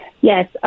Yes